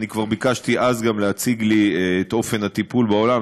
כבר ביקשתי אז גם להציג לי את אופן הטיפול בעולם,